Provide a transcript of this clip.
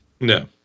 No